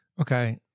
Okay